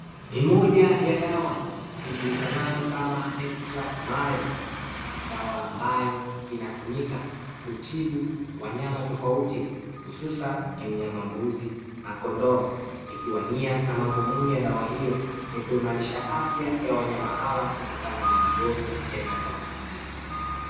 Ni moja ya dawa ijulikanayo kama "extra mali". Dawa ambayo inatumika kutibu wanyama tofauti, hususani mnyama mbuzi na kondoo, ikiwa nia na madhumuni ya dawa hiyo ni kuimarisha afya ya wanyama hawa, kutokana na magonjwa yanayowakabili.